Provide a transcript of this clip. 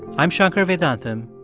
i'm shankar vedantam,